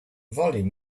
volume